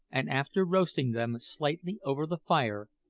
and after roasting them slightly over the fire,